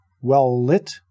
well-lit